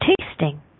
Tasting